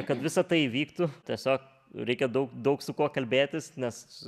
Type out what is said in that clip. kad visa tai įvyktų tiesiog reikia daug daug su kuo kalbėtis nes